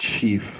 chief